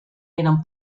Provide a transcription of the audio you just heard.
eran